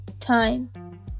time